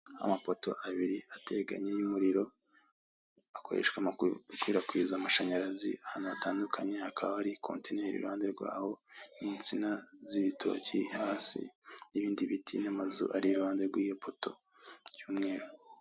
Amapoto abiri ateganye y'umuriro akoreshwa mu gukwirakwiza amashanyarazi ahantu hatandukanye. Hakaba hari kontineri iruhande rwaho n'insina z'ibitoki hasi n'ibindi biti n'amazu ari iruhande rwiyo poto y'umweru.